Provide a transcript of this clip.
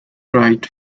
write